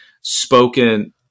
spoken